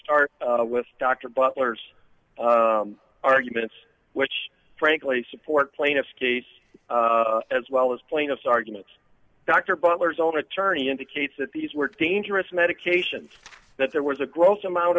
start with dr butler's arguments which frankly support plaintiff's case as well as plaintiff's argument dr butler's own attorney indicates that these were dangerous medications that there was a gross amount